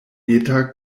eta